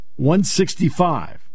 165